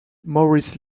maurice